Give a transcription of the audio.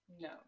No